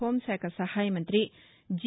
హోంశాఖ సహాయ మంతి జి